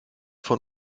von